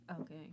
Okay